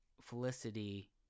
Felicity